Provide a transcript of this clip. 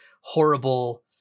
horrible